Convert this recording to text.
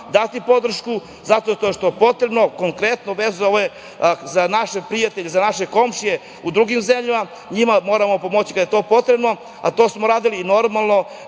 dati podršku zato što je potrebno, konkretno za naše prijatelje, za naše komšije u drugim zemljama kojima moramo pomoći kada je to potrebno, a to smo radili. Takođe,